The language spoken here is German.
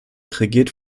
regiert